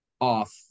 off